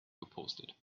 gepostet